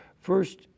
First